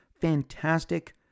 fantastic